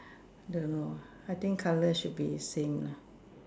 don't know ah I think colour should be same lah